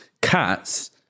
cats